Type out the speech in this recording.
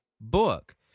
book